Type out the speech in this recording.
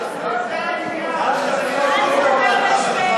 היא הצעת חוק